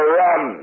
run